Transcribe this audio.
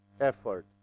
effort